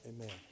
Amen